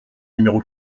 numéro